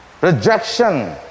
Rejection